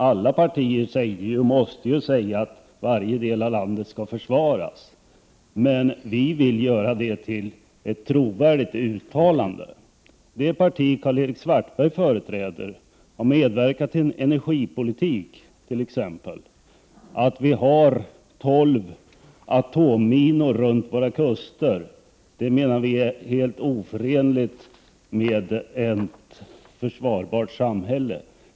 Alla partier måste ju säga att varje del av landet skall försvaras, men vi vill göra det till ett trovärdigt uttalande. Det parti Karl-Erik Svartberg företräder har medverkat till en energipolitik som lett till att det finns tolv atomminor runt Sveriges kuster. Det menar vi är helt oförenligt med ett försvarbart samhälle.